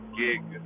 gig